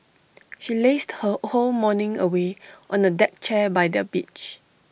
she lazed her whole morning away on A deck chair by the beach